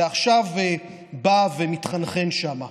ועכשיו בא ומתחנחן שם.